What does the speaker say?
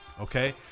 okay